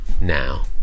now